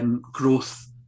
growth